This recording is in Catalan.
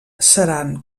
seran